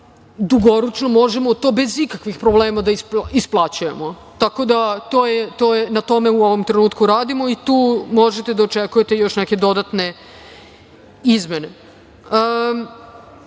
da dugoročno možemo bez ikakvih problema da isplaćujemo. Tako da na tome u ovom trenutku radimo i tu možemo da očekujemo još neke dodatne izmene. Kao